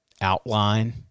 outline